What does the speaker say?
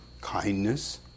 kindness